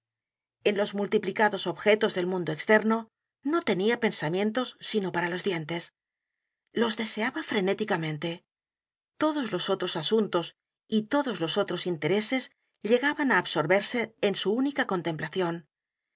en los multiplicados objetos del mundo externo n o tenía pensamientos sino p a r a los dientes los deseaba frenéticamente todos los otros asuntos y todos los otros intereses llegaban á absorberse en su única contemplación